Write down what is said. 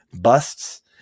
busts